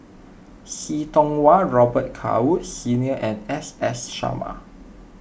See Tiong Wah Robet Carr Woods Senior and S S Sarma